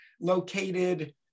located